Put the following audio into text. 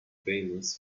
famous